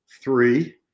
Three